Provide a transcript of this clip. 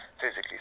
physically